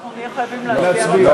נהיה חייבים להצביע.